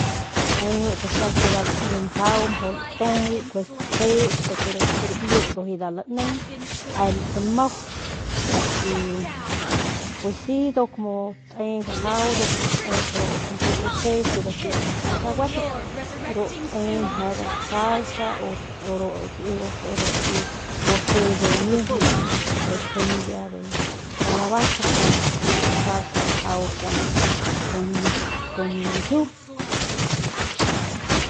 Te pues ahi que nda ne mjau mjau latujuly stasits ru ki ramiu y bijiy nda laneng nenp nmau y pues si nduk mu te bajau nduk statep ru kapugusi ke nduk lejep cacahuate ru te nda salsa o ru ki gusi de miujuy nduk tsjep semilla de calabaza kjuande te nda salsa mjau u kun kun ljiu.